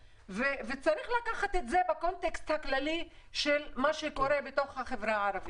צריך להסתכל על זה בקונטקסט הכללי של מה שקורה בתוך החברה הערבית.